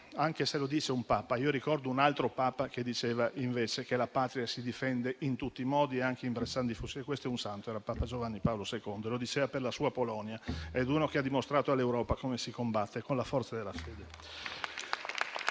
anche se lo dice un Papa. Ma io ricordo un altro Papa, che diceva, invece, che la patria si difende in tutti i modi, anche imbracciando i fucili. Questo Papa è oggi santo. Era papa Giovanni Paolo II, che lo diceva per la sua Polonia, dimostrando all'Europa come si combatte con la forza della fede.